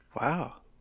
Wow